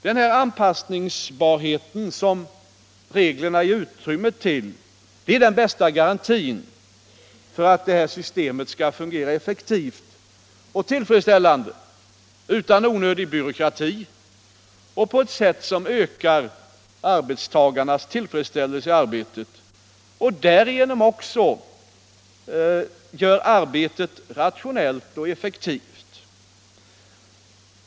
Den anpassbarhet som reglerna ger utrymme för är den bästa garantin för att detta system skall fungera effektivt och tillfredsställande, utan onödig byråkrati, och på ett sätt som ökar arbetstagarnas tillfredsställelse i arbetet och därigenom också gör arbetet rationellt och effektivt.